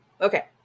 okay